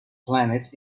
planet